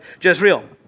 Jezreel